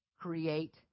create